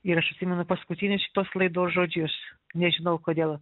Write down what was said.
ir aš atsimenu paskutinius šitos laidos žodžius nežinau kodėl